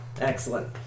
Excellent